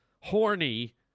horny